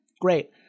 Great